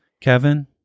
Kevin